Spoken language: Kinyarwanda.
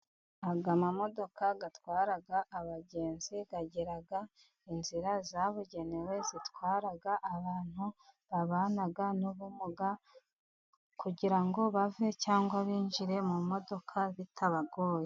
Aya mamodoka atwara abagenzi ikagera mu nzira zabugenewe, zitwara abantu babana n'ubumuga kugira ngo bave cyangwa binjire mu modoka bitabagoye.